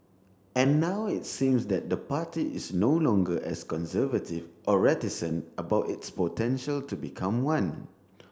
and now it seems that the party is no longer as conservative or reticent about its potential to become one